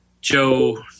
Joe